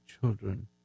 children